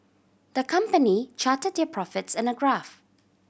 the company charted their profits in a graph